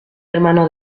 hermano